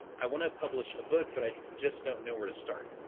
i want to publish a book but i just don't know where to start,